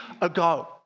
ago